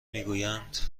میگویند